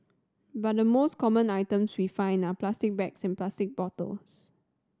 but the most common items we find are plastic bags and plastic bottles